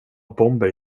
bomber